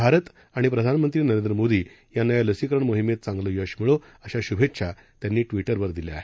भारत आणि प्रधानमंत्री नरेंद्र मोदी यांना या लसीकरण मोहिमेत चांगलं यश मिळो अशा शुभेच्छा त्यांनी ट्विटरवर दिल्या आहेत